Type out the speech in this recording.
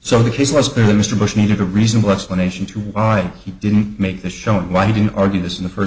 so the case was clearly mr bush needed a reasonable explanation to why he didn't make the showing why didn't argue this in the first